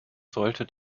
sollte